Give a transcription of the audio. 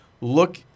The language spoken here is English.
look